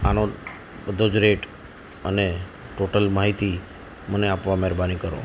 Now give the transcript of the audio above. આનો બધો જ રેટ અને ટોટલ માહિતી મને આપવા મેહરબાની કરો